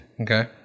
Okay